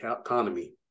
economy